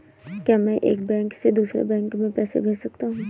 क्या मैं एक बैंक से दूसरे बैंक में पैसे भेज सकता हूँ?